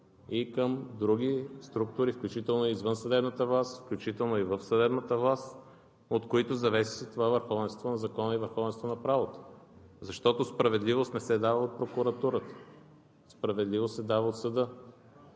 и към други структури, включително и в извънсъдебната власт, включително и в съдебната власт, от които зависи това върховенство на закона и върховенство на правото. Защото справедливост не се дава от прокуратурата, справедливост се дава от съда.